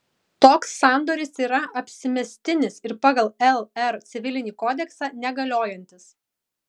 toks sandoris yra apsimestinis ir pagal lr civilinį kodeksą negaliojantis